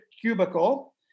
cubicle